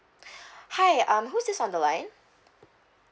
hi um who's this on the line